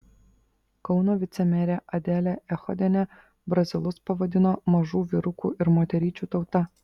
kauno vicemerė adelė echodienė brazilus pavadino mažų vyrukų ir moteryčių tauta